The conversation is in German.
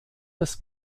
des